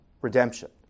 redemption